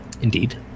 indeed